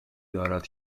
دارد